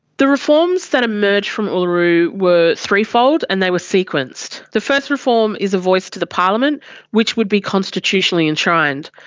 the reforms that emerged from uluru were threefold and they were sequenced. the first reform is a voice to the parliament which would be constitutionally enshrined.